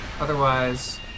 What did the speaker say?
otherwise